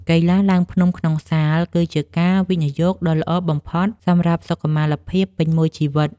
កីឡាឡើងភ្នំក្នុងសាល គឺជាការវិនិយោគដ៏ល្អបំផុតសម្រាប់សុខុមាលភាពពេញមួយជីវិត។